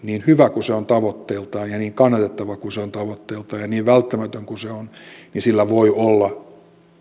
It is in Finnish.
niin hyvä kuin se on tavoitteiltaan ja niin kannatettava kuin se on tavoitteiltaan ja niin välttämätön kuin se on voi olla